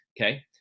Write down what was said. okay